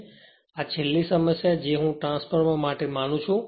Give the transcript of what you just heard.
તેથી આ છેલ્લી સમસ્યા છે જે હું ટ્રાન્સફોર્મર માટે માનું છું